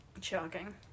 Shocking